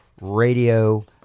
Radio